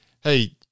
Hey